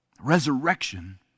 Resurrection